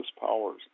powers